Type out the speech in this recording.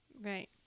right